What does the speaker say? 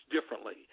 differently